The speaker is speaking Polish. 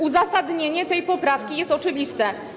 Uzasadnienie tej poprawki jest oczywiste.